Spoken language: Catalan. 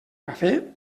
cafè